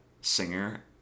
singer